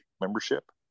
membership